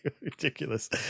ridiculous